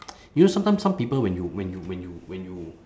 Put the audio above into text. you know sometimes some people when you when you when you when you